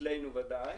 אצלנו ודאי,